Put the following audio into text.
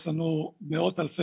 טסלה,